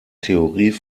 theorie